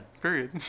Period